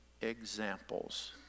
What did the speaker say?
examples